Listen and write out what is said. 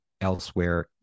elsewhere